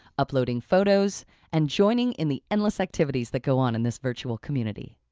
uploading photos and joining in the endless activities that go on in this virtual community.